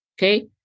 Okay